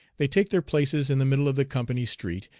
they take their places in the middle of the company street,